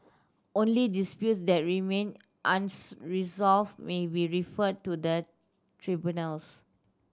only disputes that remain unresolved may be referred to the tribunals